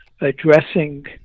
addressing